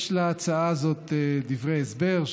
יש להצעה הזאת דברי הסבר,